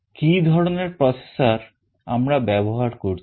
কি ধরনের processor আমরা ব্যবহার করছি